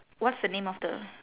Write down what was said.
what's the name of the